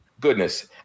Goodness